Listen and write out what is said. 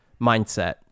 mindset